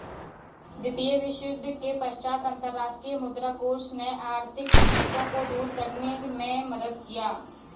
द्वितीय विश्वयुद्ध के पश्चात अंतर्राष्ट्रीय मुद्रा कोष ने आर्थिक संकटों को दूर करने में मदद किया